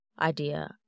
idea